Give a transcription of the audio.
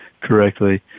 correctly